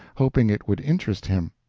hoping it would interest him.